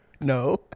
No